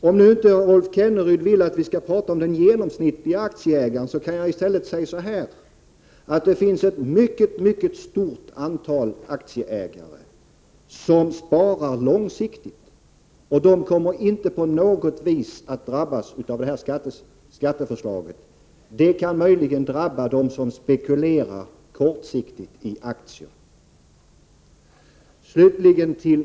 Om nu Rolf Kenneryd inte vill att vi skall tala om den genomsnittlige aktieägaren, kan jag i stället säga att det finns ett mycket stort antal aktieägare som sparar långsiktigt, och de kommer inte på något vis att drabbas av detta skatteförslag. Det kan möjligen drabba dem som spekulerar kortsiktigt i aktier.